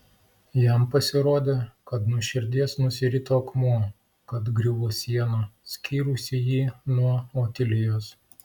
jam pasirodė kad nuo širdies nusirito akmuo kad griuvo siena skyrusi jį nuo otilijos